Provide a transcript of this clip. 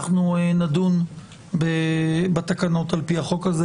אנחנו נדון בתקנות על פי החוק הזה,